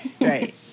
Right